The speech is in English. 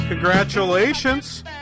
Congratulations